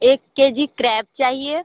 एक K G crab चाहिए